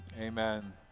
amen